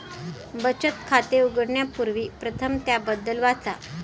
बचत खाते उघडण्यापूर्वी प्रथम त्याबद्दल वाचा